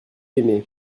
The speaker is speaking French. aimé